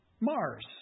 Mars